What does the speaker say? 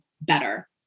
better